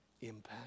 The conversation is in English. impact